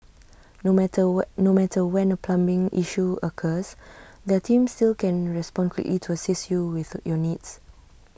no matter no matter when A plumbing issue occurs their team still can respond quickly to assist you with your needs